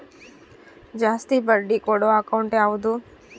ಜಾಸ್ತಿ ಬಡ್ಡಿ ಕೊಡೋ ಅಕೌಂಟ್ ಯಾವುದು?